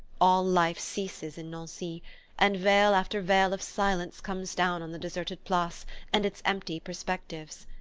all life ceases in nancy and veil after veil of silence comes down on the deserted place and its empty perspectives.